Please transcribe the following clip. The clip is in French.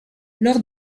lors